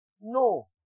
No